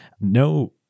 No